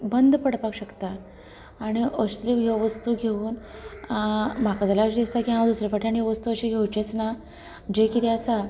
बंद पडपाक शकता अशी ह्यो वस्तू घेवन म्हाका जाल्यार अशें दिसता की हांव दुसरें फावटी आनी अशें वस्तू घेवचेच ना जे कितें आसा